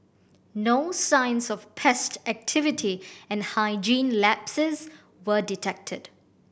no signs of pest activity and hygiene lapses were detected